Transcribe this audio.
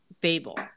Babel